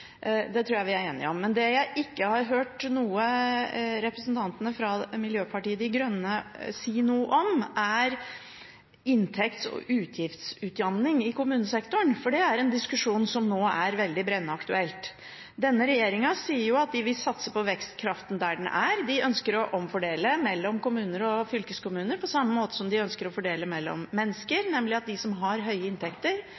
stramme, tror jeg vi er enige om. Men det jeg ikke har hørt representanten fra Miljøpartiet De Grønne si noe om, er inntekts- og utgiftsutjamning i kommunesektoren, for det er en diskusjon som er veldig brennaktuell nå. Denne regjeringen sier at den vil satse på vekstkraften der den er. De ønsker å omfordele mellom kommuner og fylkeskommuner på samme måte som de ønsker å fordele mellom